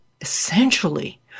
essentially